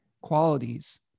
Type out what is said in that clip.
qualities